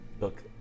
Look